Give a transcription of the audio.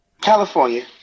California